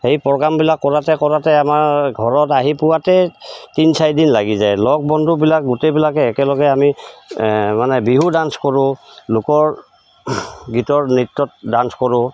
সেই প্ৰগ্ৰামবিলাক কৰোঁতে কৰোঁতে আমাৰ ঘৰত আহি পোৱতেই তিনি চাৰিদিন লাগি যায় লগ বন্ধুবিলাক গোটেইবিলাকে একেলগে আমি মানে বিহু ডান্স কৰোঁ লোকৰ গীতৰ নৃত্যত ডান্স কৰোঁ